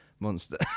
Monster